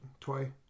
toy